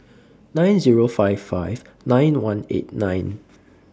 nine Zero five five nine one eight nine